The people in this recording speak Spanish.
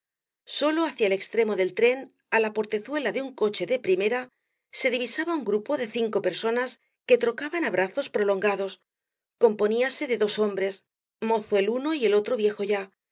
sólo hacia el extremo del tren á la portezuela de un coche de primera se divisaba un grupo de cinco personas que trocaban abrazos prolongados componíase de dos hombres mozo el uno y el otro viejo ya